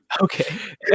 Okay